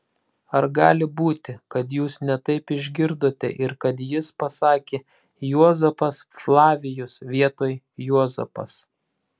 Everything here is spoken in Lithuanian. ar gali būti kad jūs ne taip išgirdote ir kad jis pasakė juozapas flavijus vietoj juozapas